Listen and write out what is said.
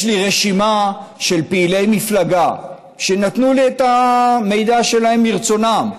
יש לי רשימה של פעילי מפלגה שנתנו לי את המידע שלהם מרצונם,